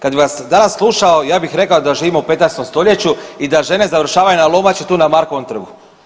Kad bih vas danas slušao ja bih rekao da živimo u 15. stoljeću i da žene završavaju na lomači tu na Markovom trgu.